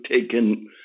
taken